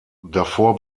davor